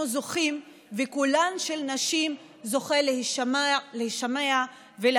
זוכים וקולן של נשים זוכה להישמע ולהשפיע.